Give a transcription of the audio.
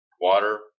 water